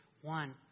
one